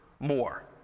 More